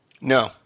No